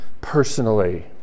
personally